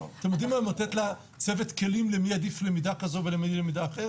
אתם יודעים היום לתת לצוות כלים למי עדיף למידה כזו ולמידה אחרת?